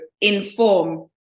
inform